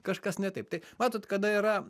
kažkas ne taip tai matot kada yra